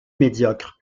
médiocres